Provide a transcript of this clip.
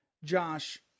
Josh